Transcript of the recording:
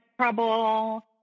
trouble